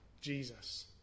jesus